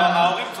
ההורים צופים.